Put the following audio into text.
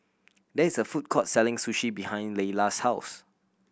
there is a food court selling Sushi behind Layla's house